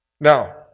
Now